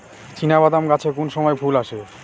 চিনাবাদাম গাছে কোন সময়ে ফুল আসে?